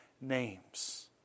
names